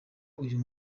uyu